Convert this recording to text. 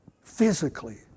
Physically